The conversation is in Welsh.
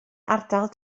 ardal